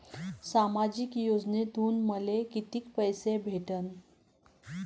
सामाजिक योजनेतून मले कितीक पैसे भेटन?